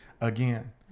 again